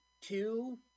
two